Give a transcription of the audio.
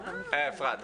אפרת,